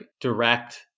direct